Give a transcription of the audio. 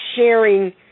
sharing